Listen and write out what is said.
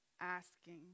asking